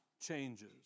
changes